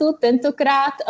Tentokrát